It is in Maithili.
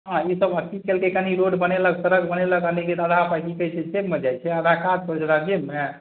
हँ ईसभ आओर कि केलकै कनि रोड बनेलक सड़क बनेलक आओर ने आधा पाइ कि कहै छै जेबमे जाए छै आधा काज करै छै आधा जेबमे